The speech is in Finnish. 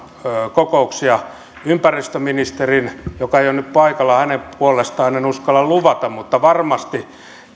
kokouksia ympäristöministerin joka ei ole nyt paikalla puolesta en uskalla luvata mutta varmasti